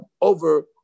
over